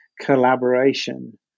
collaboration